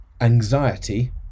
anxiety